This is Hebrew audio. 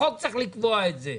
חוק צריך לקבוע את זה.